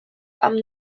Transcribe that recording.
amb